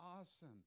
awesome